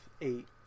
eight